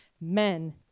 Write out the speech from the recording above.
men